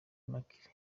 immaculee